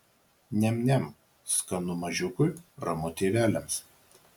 niam niam skanu mažiukui ramu tėveliams